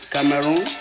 Cameroon